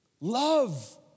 Love